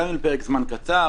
גם אם לפרק זמן קצר,